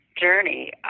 journey